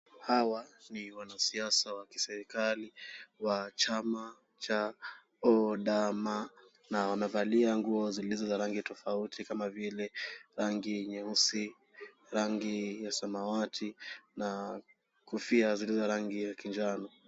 Hawa ni wanasiasa wa kiserikali wa chama cha ODM na wamevalia nguo zilizo za rangi tofauti kama vile rangi nyeusi, rangi ya samawati na kofia zilizo rangi ya kinjano.